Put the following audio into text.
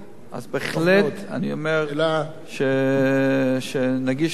אז בהחלט, אני אומר שנגיש את החוק הזה.